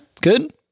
Good